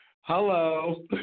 Hello